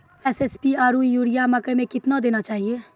SSP आरु urea मकई मे कितना देना चाहिए?